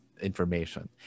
information